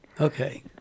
Okay